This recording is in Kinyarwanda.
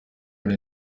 kuri